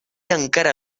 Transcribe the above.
encara